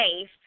safe